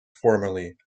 formerly